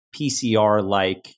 PCR-like